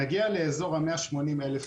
נגיע לאזור 180,000 דונם.